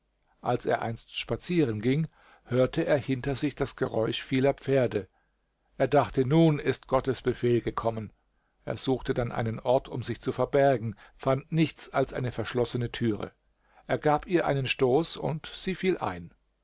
als er einst spazieren ging hörte er hinter sich das geräusch vieler pferde er dachte nun ist gottes befehld h nun werde ich verfolgt gekommen er suchte dann einen ort um sich zu verbergen fand nichts als eine verschlossene türe er gab ihr einen stoß und sie fiel ein